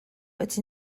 but